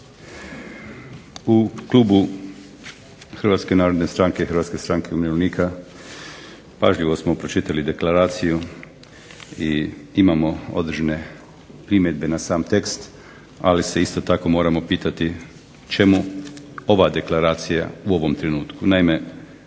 U klubu HNS i HSU pažljivo smo pročitali deklaraciju i imamo određene primjedbe na sam tekst, ali se isto tako moramo pitati čemu ova deklaracija u ovome trenutku.